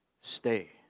Stay